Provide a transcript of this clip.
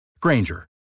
Granger